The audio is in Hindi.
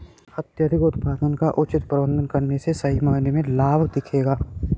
अत्यधिक उत्पादन का उचित प्रबंधन करने से सही मायने में लाभ दिखेगा